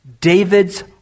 David's